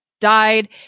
died